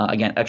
Again